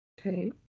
Okay